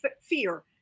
fear